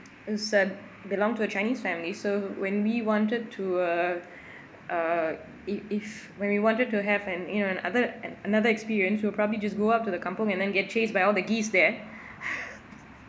it's uh belong to a chinese family so when we wanted to uh uh i~ if when we wanted to have an you know an other an~ another experience we'll probably just go up to the kampung and then get chased by all the geese there